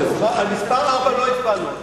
15. על מס' 4 לא הצבענו.